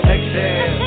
Exhale